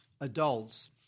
adults